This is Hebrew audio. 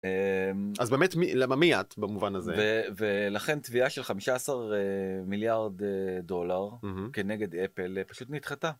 אז באמת למה מי את במובן הזה ולכן תביעה של 15 מיליארד דולר כנגד אפל פשוט נדחתה.